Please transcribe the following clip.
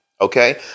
okay